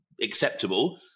acceptable